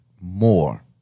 more